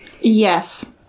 yes